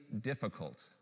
difficult